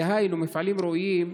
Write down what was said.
דהיינו מפעלים ראויים,